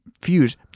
fuse